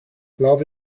love